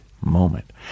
moment